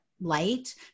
light